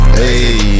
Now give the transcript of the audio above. hey